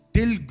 Till